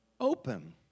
open